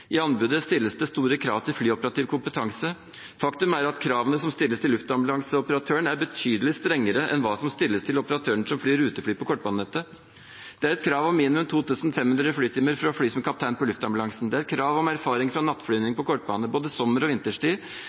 I anbudet stilles det store krav til flyoperativ kompetanse. Faktum er at kravene som stilles til luftambulanseoperatøren, er betydelig strengere enn dem som stilles til operatørene som flyr rutefly på kortbanenettet. Det er et krav om minimum 2 500 flytimer for å fly som kaptein på luftambulansen. Det er et krav om erfaring fra nattflyvning på kortbane både sommer- og